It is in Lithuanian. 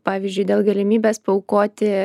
pavyzdžiui dėl galimybės paaukoti